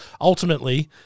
ultimately